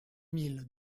mille